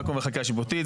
בחקיקה שיפוטית,